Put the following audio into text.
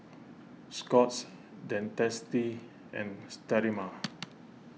Scott's Dentiste and Sterimar